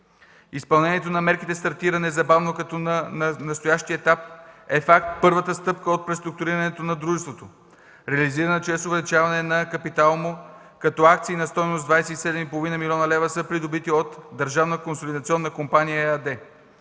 Изпълнението на мерките стартира незабавно, като на настоящия етап е факт първата стъпка от преструктурирането на дружеството, реализирана чрез увеличаване на капитала му като акции на стойност 27,5 млн. лв., придобити от